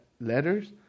letters